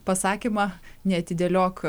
pasakymą neatidėliok